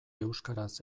euskaraz